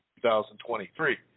2023